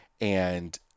and-